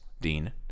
Dean